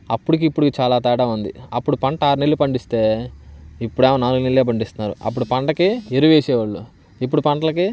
అప్పటికి ఇప్పుడికి చాలా తేడా ఉంది అప్పుడు పంట ఆరు నెళ్ళు పండిస్తే ఇప్పుడడేమో నాలుగు నెళ్ళే పండిస్తున్నారు అప్పుడు పంటకి ఎరువు వేసే వాళ్ళు ఇప్పుడు పంటలకి